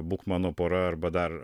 būk mano pora arba dar